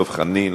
דב חנין,